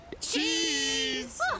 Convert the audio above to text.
Cheese